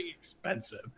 expensive